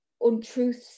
untruths